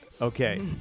Okay